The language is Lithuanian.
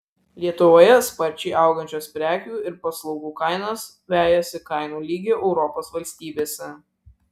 lietuvoje sparčiai augančios prekių ir paslaugų kainos vejasi kainų lygį europos valstybėse